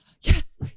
yes